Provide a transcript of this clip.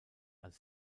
als